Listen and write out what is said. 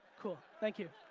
cool, thank you.